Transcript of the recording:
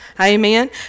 Amen